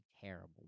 terrible